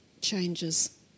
changes